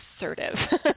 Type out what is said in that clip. assertive